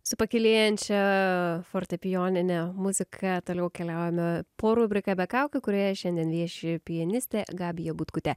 su pakilėjančia fortepijonine muzika toliau keliaujame po rubriką be kaukių kurioje šiandien vieši pianistė gabija butkutė